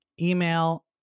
email